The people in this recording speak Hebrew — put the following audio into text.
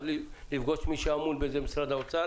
לפגוש את מי שאמון על זה במשרד האוצר